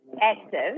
active